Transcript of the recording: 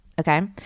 Okay